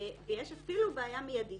ויש אפילו בעיה מידית,